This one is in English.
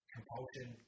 Compulsion